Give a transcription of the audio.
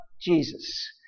Jesus